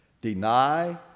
deny